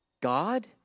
God